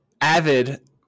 avid